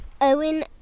Owen